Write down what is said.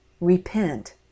Repent